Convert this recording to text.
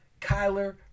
Kyler